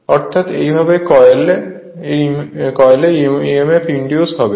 অর্থাৎ এই ভাবে কয়েলে emf ইন্ডিউজড হবে